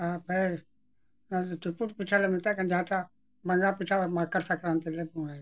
ᱟᱨ ᱯᱷᱮᱨ ᱪᱩᱯᱩᱫ ᱯᱤᱴᱷᱟᱹ ᱞᱮ ᱢᱮᱛᱟᱜ ᱠᱟᱱ ᱡᱟᱦᱟᱸᱴᱟᱜ ᱵᱚᱸᱜᱟ ᱯᱤᱴᱷᱟᱹ ᱢᱟᱠᱟᱨ ᱥᱚᱝᱠᱨᱟᱛᱤ ᱞᱮ ᱵᱚᱸᱜᱟᱭᱫᱟ